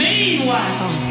Meanwhile